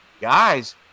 Guys